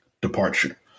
Departure